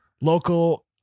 local